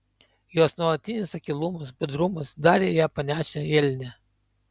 jos nuolatinis akylumas budrumas darė ją panašią į elnę